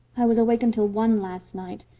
i was awake until one last night,